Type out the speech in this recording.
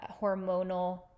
hormonal